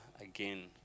again